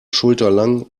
schulterlang